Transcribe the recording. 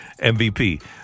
MVP